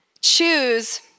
choose